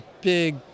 big